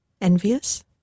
envious